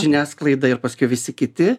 žiniasklaida ir paskiau visi kiti